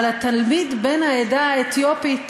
התלמיד בן העדה האתיופית